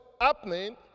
happening